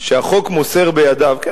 שהחוק מוסר בידיו, בית-המשפט.